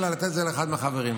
אלא לתת את זה לאחד מהחברים.